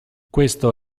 questo